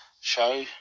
show